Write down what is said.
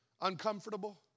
uncomfortable